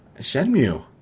Shenmue